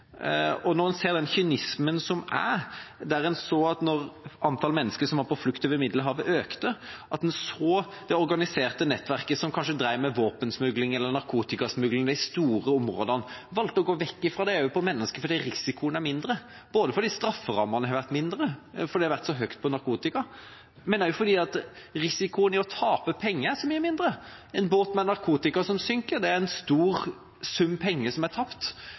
En ser den kynismen som er, en ser at antallet mennesker på flukt over Middelhavet har økt, og at det organiserte nettverket som kanskje drev med våpensmugling eller narkotikasmugling – de store områdene – har valgt å gå vekk fra dette og over til menneskesmugling fordi risikoen er mindre, både fordi strafferammene har vært lavere enn for narkotikasmugling, og fordi risikoen for å tape penger er så mye mindre. En båt med narkotika som synker, er en stor sum penger tapt. En båt med mennesker som synker, er